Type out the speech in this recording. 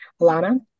Alana